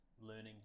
learning